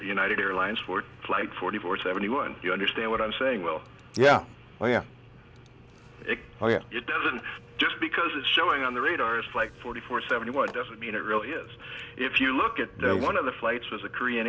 united airlines for flight forty four seventy one you understand what i'm saying well yeah well yeah it doesn't just because it's showing on the radar it's like forty four seventy one doesn't mean it really is if you look at one of the flights was a korean